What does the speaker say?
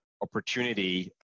opportunity